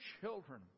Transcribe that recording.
children